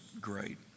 great